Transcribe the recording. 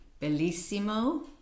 Bellissimo